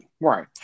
right